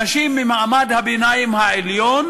אנשים ממעמד הביניים העליון,